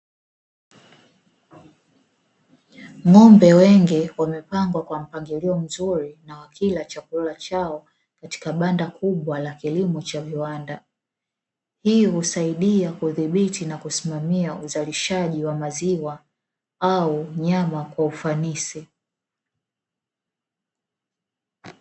Ng'ombe wengi wamepangwa kwa mpangilio mzuri na wakila chakula chao katika banda kubwa la kilimo cha viwanda, hii husaidia kudhibiti na kusimamia uzalishaji wa maziwa au nyama kwa ufanisi.